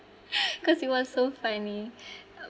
cause it was so funny